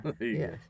Yes